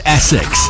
Essex